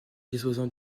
disposant